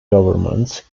government